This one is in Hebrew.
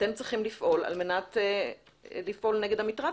ואתם צריכים לפעול נגד המטרד